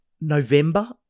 november